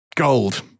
Gold